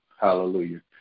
Hallelujah